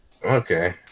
Okay